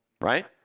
Right